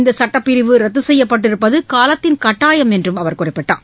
இந்த சட்டப்பிரிவு ரத்து செய்யப்பட்டிருப்பது காலத்தின் கட்டாயம் என்றும் அவர் குறிப்பிட்டார்